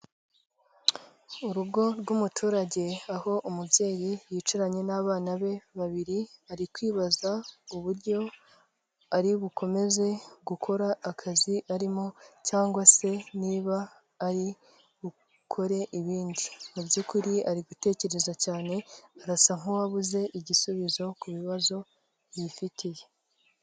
Urugo rw'umuturage aho umubyeyi yicaranye n'abana be babiri arikwibaza uburyo aribukomeze gukora akazi arimo cyangwa se niba aribukore ibindi. Mu by'ukuri arigutekereza cyane. Arasa nk'uwabuze igisubizo ku bibazo yifitiye.